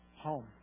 home